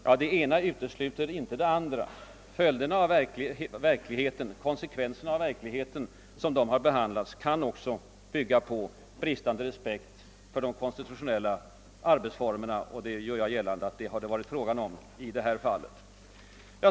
Ja, men det ena utesluter väl inte det andra., Konsekvenserna av verkligheten kan ju också bygga på bristande respekt för de konstitutionella arbetsformerna, och det gör jag gällande att det har varit fråga om i detta fall.